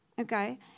Okay